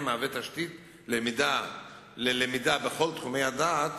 מהווה תשתית ללמידה בכל תחומי הדעת.